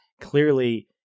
clearly